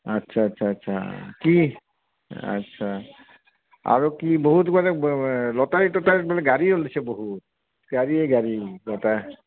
আচ্ছা আচ্ছা আচ্ছা কি আচ্ছা আৰু কি বহুত মানে লটাৰী টটাৰী বোলে গাড়ী ওলাইছে বহুত গাড়ীয়ে গাড়ী লটাৰী